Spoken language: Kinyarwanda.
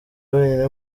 wenyine